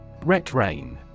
Retrain